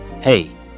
Hey